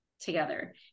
together